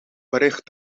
bericht